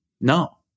no